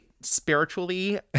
spiritually